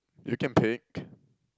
you can pick